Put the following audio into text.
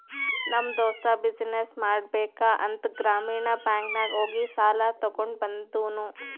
ನಮ್ ದೋಸ್ತ ಬಿಸಿನ್ನೆಸ್ ಮಾಡ್ಬೇಕ ಅಂತ್ ಗ್ರಾಮೀಣ ಬ್ಯಾಂಕ್ ನಾಗ್ ಹೋಗಿ ಸಾಲ ತಗೊಂಡ್ ಬಂದೂನು